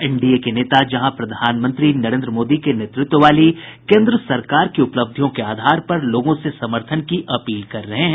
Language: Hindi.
एनडीए के नेता जहां प्रधानमंत्री नरेन्द्र मोदी के नेतृत्व वाली केन्द्र सरकार की उपलब्धियों के आधार पर लोगों से समर्थन की अपील कर रहे हैं